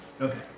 Okay